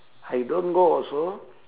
I don't go also